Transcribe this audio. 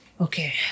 Okay